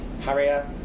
Harrier